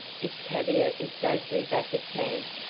if tavia is safely back at camp?